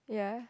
yeah